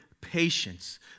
patience